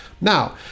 Now